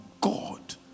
God